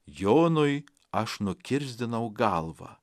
jonui aš nukirsdinau galvą